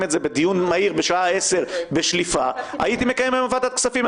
את זה בדיון מהיר בשעה 10:00 בשליפה הייתי מקיים היום ועדת כספים.